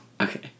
Okay